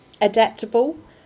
adaptable